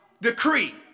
decree